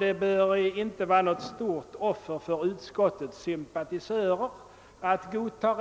Det bör inte var något stort offer för utskottets sympatisörer att godta